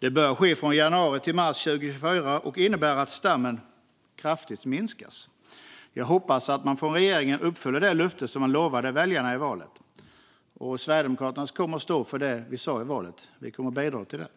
Den bör ske från januari till mars 2024 och innebära att stammen minskas kraftigt. Jag hoppas att man från regeringens sida uppfyller det löfte man gav väljarna i valet. Sverigedemokraterna kommer att stå för det vi sa då, och vi kommer att bidra till det.